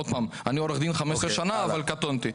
אני עורך דין 15 שנה, אבל קטונתי.